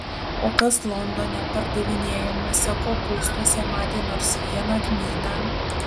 o kas londone pardavinėjamuose kopūstuose matė nors vieną kmyną